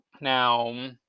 now